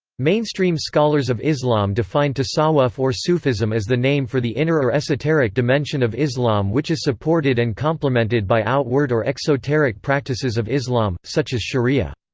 mainstream scholars of islam define tasawwuf or sufism as the name for the inner or esoteric dimension of islam which is supported and complemented by outward or exoteric practices of islam, such as sharia.